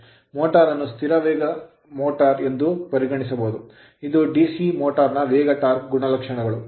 Motor motor ಅನ್ನು ಸ್ಥಿರ ವೇಗದ ಮೋಟರ್ ಎಂದು ಪರಿಗಣಿಸಬಹುದು ಇದು DC ಮೋಟರ್ ನ ವೇಗ ಟಾರ್ಕ್ ಗುಣಲಕ್ಷಣಗಳು